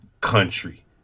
country